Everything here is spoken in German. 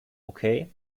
okay